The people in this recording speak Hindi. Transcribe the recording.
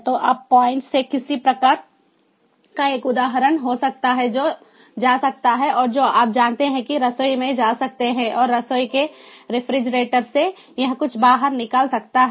तो उस पॉइंट से किसी प्रकार का एक उपकरण हो सकता है जो जा सकता है और जो आप जानते हैं कि रसोई में जा सकते हैं और रसोई के रेफ्रिजरेटर से यह कुछ बाहर निकाल सकता है